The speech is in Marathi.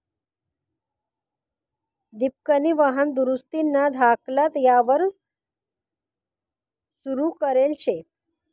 दिपकनी वाहन दुरुस्तीना धाकला यापार सुरू करेल शे